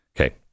Okay